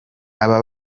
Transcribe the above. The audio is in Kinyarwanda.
aba